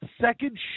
second